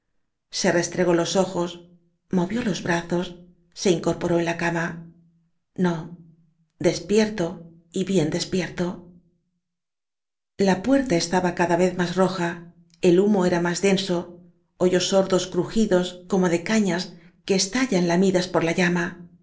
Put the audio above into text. se restregó los ojos mo vió los brazos se incorporó en la cama no despierto y bien despierto la puerta estaba cada vez más roja el humo era más denso oyó sordos crujidos co de cañas mo que estallan lamidas por la llama